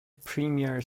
premier